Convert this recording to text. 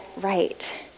right